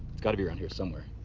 it's got to be around here somewhere.